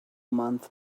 months